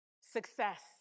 success